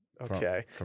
Okay